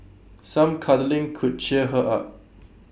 some cuddling could cheer her up